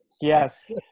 Yes